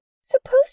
Supposed